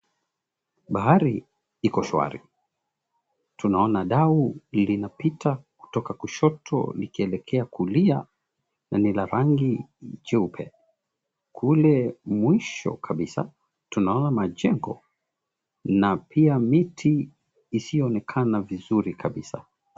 Bahari Iko shwari, tunaona dau linapita kutoka kushoto likielekea kulia na ni la rangi jeupe kule mwisho kabisa tunaona majengo na pia miti isiyoonekana vizuri kabisa.